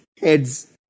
heads